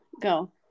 go